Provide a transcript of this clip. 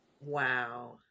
Wow